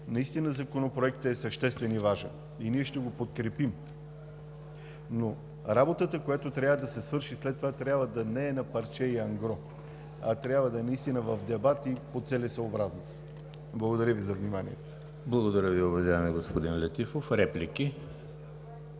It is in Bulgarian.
наистина Законопроектът е съществен и важен и ние ще го подкрепим. Но работата, която трябва да се свърши след това, трябва да не е „на парче“ и „ангро“, а трябва да е наистина в дебати по целесъобразност. Благодаря Ви за вниманието. ПРЕДСЕДАТЕЛ ЕМИЛ ХРИСТОВ: Благодаря Ви, уважаеми господин Летифов. Реплики?